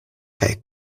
kaj